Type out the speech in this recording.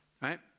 right